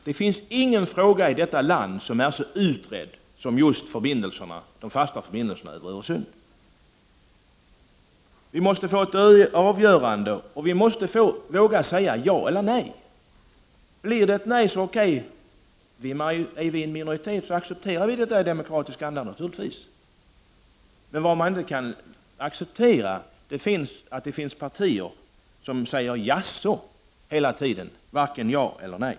Det finns ingen fråga i detta land som har utretts så mycket som just frågan om de fasta förbindelserna över Öresund. Vi måste våga säga ja eller nej. Blir det ett nej så är det okej. Vi som då hamnar i minoritet får naturligtvis acceptera detta i demokratisk anda. Däremot kan man inte acceptera att det finns partier som säger jaså hela tiden, dvs. varken ja eller nej.